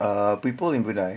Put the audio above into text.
ah people in brunei